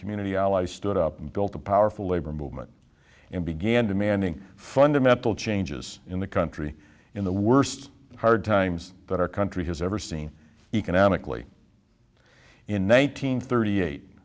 community allies stood up and built a powerful labor movement and began demanding fundamental changes in the country in the worst hard times that our country has ever seen economically in one thousand thirty eight